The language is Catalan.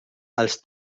els